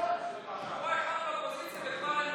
באופוזיציה וכבר,